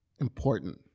important